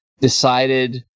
decided